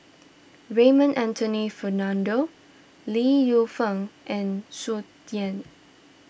Raymond Anthony Fernando Li Lienfung and Tsung Yeh